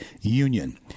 union